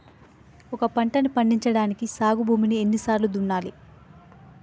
ఒక పంటని పండించడానికి సాగు భూమిని ఎన్ని సార్లు దున్నాలి?